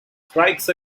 strikes